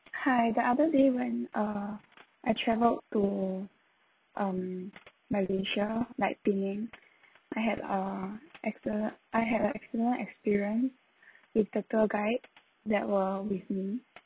hi the other day when uh I traveled to um malaysia like penang I had a external~ I have a exceptional experience with the tour guide that were with me